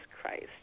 Christ